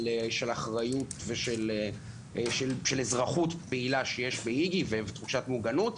אחריות ושל אזרחות פעילה שיש באיג"י ולתחושת מוגנות,